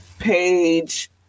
Page